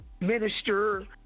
minister